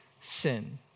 sin